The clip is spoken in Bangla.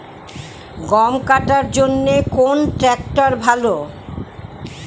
গম কাটার জন্যে কোন ট্র্যাক্টর ভালো?